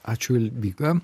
ačiū alvyga